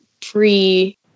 pre